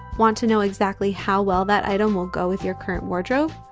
want to know exactly how well that item will go with your current wardrobe?